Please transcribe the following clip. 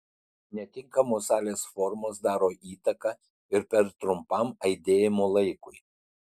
netinkamos salės formos daro įtaką ir per trumpam aidėjimo laikui